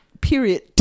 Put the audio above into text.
period